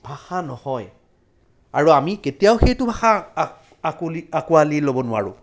ভাষা নহয় আৰু আমি কেতিয়াও সেইটো ভাষা আ আঁকোলি আঁকোৱালি ল'ব নোৱাৰোঁ